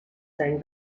sang